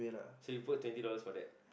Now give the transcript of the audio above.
so you put twenty dollars for that